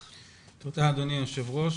תודה אדוני היושב ראש.